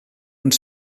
und